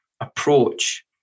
approach